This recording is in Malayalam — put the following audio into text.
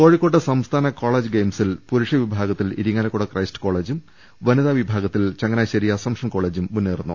കോഴിക്കോട്ട് സംസ്ഥാന കോളേജ് ഗെയിംസിൽ പുരുഷ വിഭാഗ ത്തിൽ ഇരിങ്ങാലക്കുട ക്രൈസ്റ്റ് കോളേജും വനിതാ വിഭാഗത്തിൽ ചങ്ങ നാശ്ശേരി അസംപ്ഷൻ കോളേജും മുന്നേറുന്നു